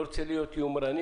לא רוצה להיות יומרני